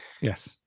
yes